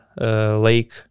Lake